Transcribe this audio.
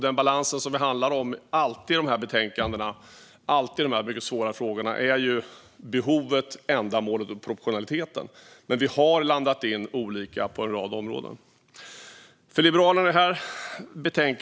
Den balans som det alltid handlar om i dessa svåra frågor gäller behovet, ändamålet och proportionaliteten. Men vi har landat olika på en rad områden.